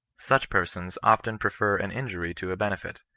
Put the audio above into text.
such persons often prefer an injury to a benefit.